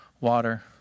water